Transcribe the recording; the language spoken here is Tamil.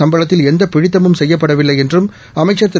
சம்பளத்தில் எந்த பிடித்தமும் செய்யப்படவில்லை என்றும் அமைச்ச் திரு